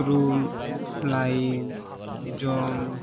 ᱨᱩᱢ ᱞᱟᱭᱤᱱ ᱡᱚᱢ